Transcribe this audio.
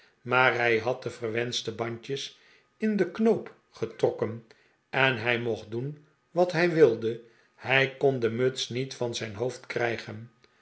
maar hij had de verwenschte bandjes in den knoop getrokken en hij mocht doen wat hij wilde hij kon de muts niet van zijn hoofd krijgen